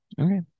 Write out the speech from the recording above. okay